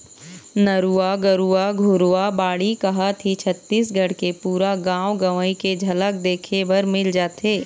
नरूवा, गरूवा, घुरूवा, बाड़ी कहत ही छत्तीसगढ़ के पुरा गाँव गंवई के झलक देखे बर मिल जाथे